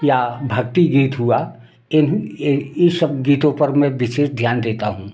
या भक्ति गीत हुआ यह ही यह सब गीतों पर मैं विशेष ध्यान देता हूँ